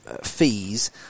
fees